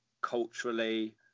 culturally